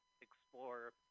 explore